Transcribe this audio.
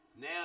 Now